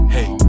Hey